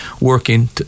working